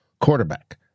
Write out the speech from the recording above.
quarterback